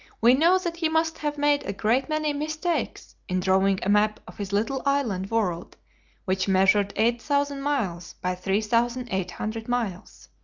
we know that he must have made a great many mistakes in drawing a map of his little island world which measured eight thousand miles by three thousand eight hundred miles.